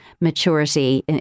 maturity